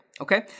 okay